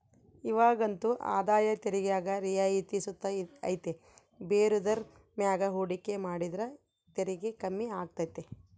ಇವಾಗಂತೂ ಆದಾಯ ತೆರಿಗ್ಯಾಗ ರಿಯಾಯಿತಿ ಸುತ ಐತೆ ಬೇರೆದುರ್ ಮ್ಯಾಗ ಹೂಡಿಕೆ ಮಾಡಿದ್ರ ತೆರಿಗೆ ಕಮ್ಮಿ ಆಗ್ತತೆ